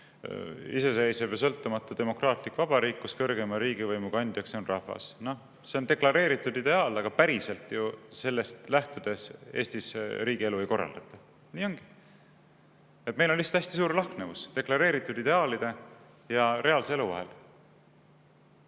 iseseisev ja sõltumatu demokraatlik vabariik, kus kõrgeima riigivõimu kandja on rahvas. Noh, see on deklareeritud ideaal, aga päriselt ju sellest lähtudes Eestis riigielu ei korraldata. Nii ongi. Meil on lihtsalt hästi suur lahknevus deklareeritud ideaalide ja reaalse elu vahel.